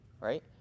right